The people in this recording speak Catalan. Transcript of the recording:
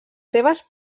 seves